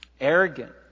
arrogant